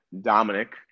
Dominic